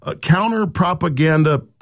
counter-propaganda